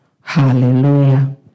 Hallelujah